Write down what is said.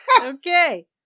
Okay